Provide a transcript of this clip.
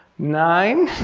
nine,